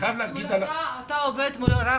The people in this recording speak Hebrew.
אתה עומד מולו רק